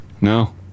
No